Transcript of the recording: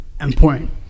important